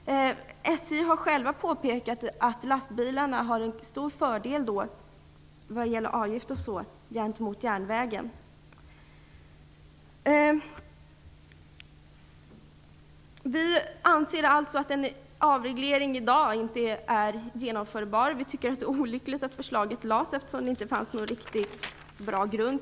SJ har självt påpekat att lastbilarna har stora fördelar i fråga om avgifter osv. gentemot järnvägen. Vi i Miljöpartiet anser alltså att en avreglering inte är genomförbar. Vi tycker att det är olyckligt att förslaget lades fram eftersom det inte fanns någon riktigt bra grund.